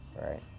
right